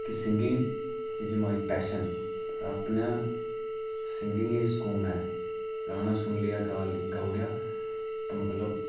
कि singing is my passion अपना singing ही सकून ऐ गाना सुनी लैआ गाई ओड़ेआ ते मतलब